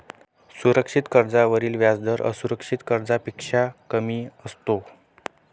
सुरक्षित कर्जावरील व्याजदर असुरक्षित कर्जापेक्षा कमी असतो